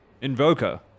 Invoker